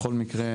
בכל מקרה,